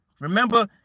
remember